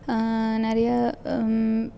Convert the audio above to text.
நிறைய